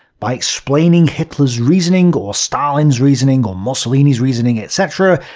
by explaining hitler's reasoning, or stalin's reasoning, or mussolini's reasoning etc,